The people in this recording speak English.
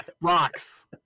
Rocks